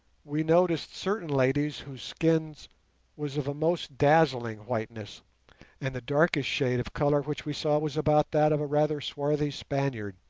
we noticed certain ladies whose skin was of a most dazzling whiteness and the darkest shade of colour which we saw was about that of a rather swarthy spaniard.